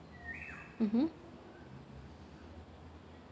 mmhmm